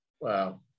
Wow